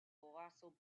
colossal